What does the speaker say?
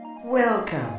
Welcome